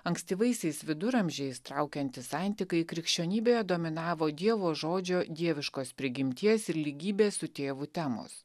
ankstyvaisiais viduramžiais traukiantis antikai krikščionybėje dominavo dievo žodžio dieviškos prigimties ir lygybės su tėvu temos